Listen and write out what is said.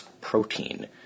Protein